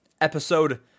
episode